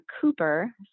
Cooper